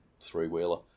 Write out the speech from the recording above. three-wheeler